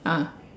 ah